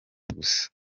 gusa